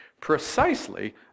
precisely